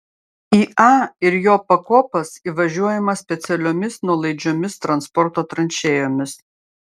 į a ir jo pakopas įvažiuojama specialiomis nuolaidžiomis transporto tranšėjomis